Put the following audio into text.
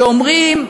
שאומרים: